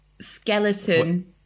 skeleton